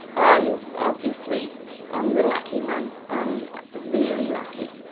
i'm obviously um the lucky one, i'm really lucky,